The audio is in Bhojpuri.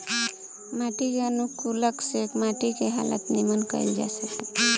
माटी के अनुकूलक से माटी के हालत निमन कईल जा सकेता